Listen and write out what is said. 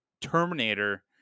Terminator